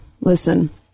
Listen